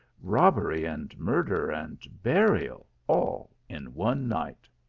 robbery, and murder, and burial, all in one night!